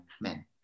men